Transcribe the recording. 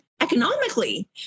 economically